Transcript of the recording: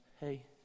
hey